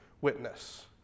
witness